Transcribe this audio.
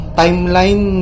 timeline